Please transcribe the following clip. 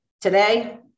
today